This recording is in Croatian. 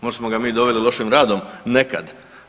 Možda smo ga mi doveli lošim radom nekad.